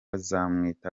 nzabamwita